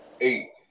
eight